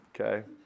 okay